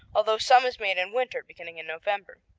although some is made in winter, beginning in november.